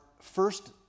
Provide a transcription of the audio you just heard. first